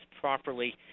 properly